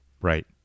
Right